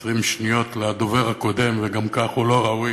מ-20 שניות לדובר הקודם, וגם לכך הוא לא ראוי,